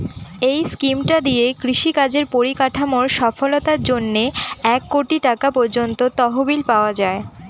এই স্কিমটা দিয়ে কৃষি কাজের পরিকাঠামোর সফলতার জন্যে এক কোটি টাকা পর্যন্ত তহবিল পাওয়া যায়